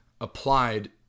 applied